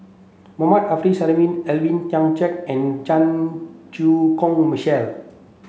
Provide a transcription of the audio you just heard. Mohammad Arif Suhaimi Alvin Tan Cheong Kheng and Chan Chew Koon Michael